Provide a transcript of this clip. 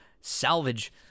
Salvage